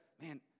Man